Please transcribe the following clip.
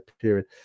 period